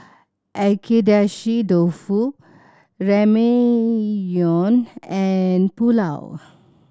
Agedashi Dofu Ramyeon and Pulao